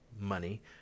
money